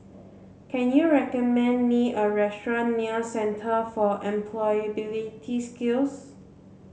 can you recommend me a restaurant near Centre for Employability Skills